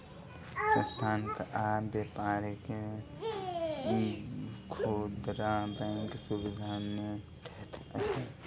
संस्थान आ व्यापार के खुदरा बैंक सुविधा नै दैत अछि